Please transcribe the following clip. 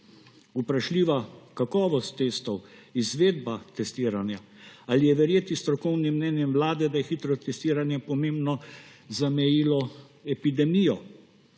vprašljiva kakovost testov, izvedba testiranja. Ali je verjeti strokovnim mnenjem Vlade, da je hitro testiranje pomembno zamejilo epidemijo?